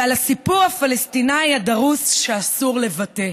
ועל הסיפור הפלסטיני הדרוס שאסור לבטא.